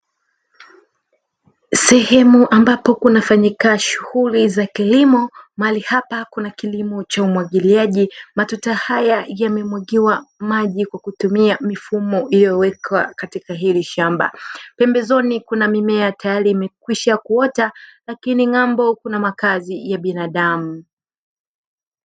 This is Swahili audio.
Sehemu ambapo kunafanyika shughuli za kilimo. Mahali hapa kuna kilimo cha umwagiliaji. Matuta haya yamemwagiwa maji kwa kutumia mifumo iliyowekwa katika hili shamba, pembezoni kuna mimea tayari imekwisha kuota lakini ng'ambo kuna makazi ya binadamu.